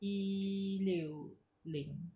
一六零